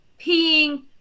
peeing